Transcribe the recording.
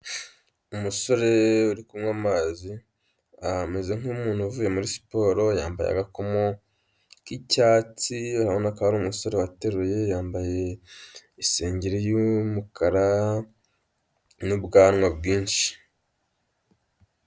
Umusore uri kunywa amazi ameze nk'umuntu uvuye muri siporo, yambaye agakomo k'icyatsi urabona ko ari umusore wateruye yambaye isengeri y'umukara n'ubwanwa bwinshi.